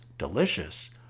delicious